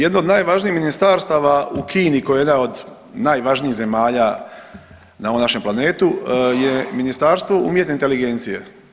Jedno od najvažnijih ministarstava u Kini koja je jedna od najvažnijih zemalja na ovom našem planetu je ministarstvo umjetne inteligencije.